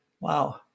Wow